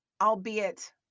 albeit